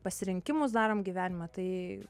pasirinkimus darom gyvenime tai